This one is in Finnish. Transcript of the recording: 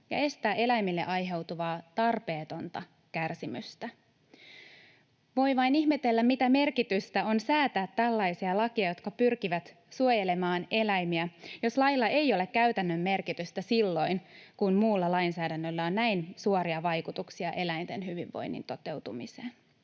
ja estää eläimille aiheutuvaa tarpeetonta kärsimystä. Voi vain ihmetellä, mitä merkitystä on säätää tällaisia lakeja, jotka pyrkivät suojelemaan eläimiä, jos lailla ei ole käytännön merkitystä silloin, kun muulla lainsäädännöllä on näin suoria vaikutuksia eläinten hyvinvoinnin toteutumiseen.